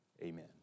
amen